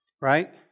Right